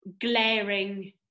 glaring